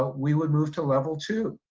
but we would move to level two,